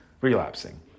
relapsing